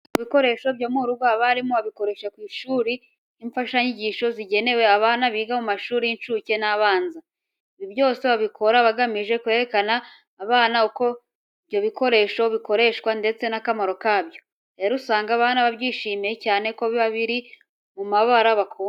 Bimwe mu bikoresho byo mu rugo abarimu babikoresha ku ishuri nk'imfashanyigisho zigenewe abana biga mu mashuri y'incuke n'abanza. Ibi byose babikora bagamije kwereka abana uko ibyo bikoresho bikoreshwa ndetse n'akamaro kabyo. Rero usanga abana babyishimiye cyane ko biba biri no mu mabara bakunda.